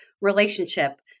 relationship